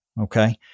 Okay